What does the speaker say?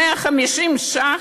150 ש"ח.